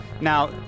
Now